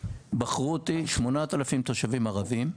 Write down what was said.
בחרו אותי 8,000 תושבים ערבים.